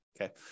okay